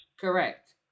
Correct